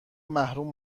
محروم